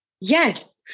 yes